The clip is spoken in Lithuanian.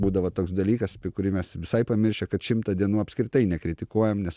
būdavo toks dalykas apie kurį mes visai pamiršę kad šimtą dienų apskritai nekritikuojam nes